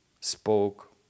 spoke